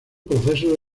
procesos